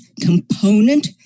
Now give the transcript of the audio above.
component